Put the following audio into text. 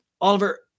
Oliver